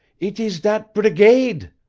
eet is dat brigade!